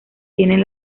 tienen